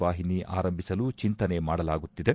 ವಾಹಿನಿ ಆರಂಭಿಸಲು ಚಿಂತನೆ ಮಾಡಲಾಗುತ್ತಿದೆ